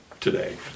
today